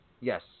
Yes